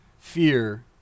fear